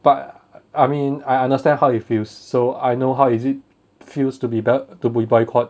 but I mean I understand how it feels so I know how is it feels to be boy~ to be boycott